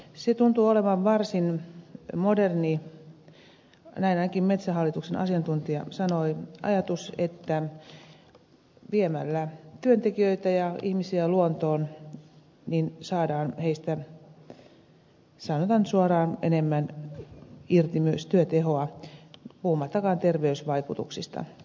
se tuntuu olevan varsin moderni ajatus näin ainakin metsähallituksen asiantuntija sanoi että viemällä työntekijöitä ja ihmisiä luontoon saadaan heistä sanotaan nyt suoraan enemmän irti myös työtehoa puhumattakaan terveysvaikutuksista